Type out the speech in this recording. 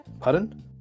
Pardon